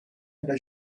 della